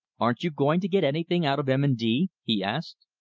aren't you going to get anything out of m. and d? he asked.